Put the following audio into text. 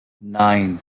nine